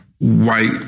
white